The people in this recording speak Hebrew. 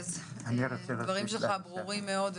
הדברים שלך ברורים מאוד.